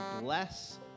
bless